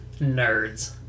nerds